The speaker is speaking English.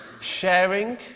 sharing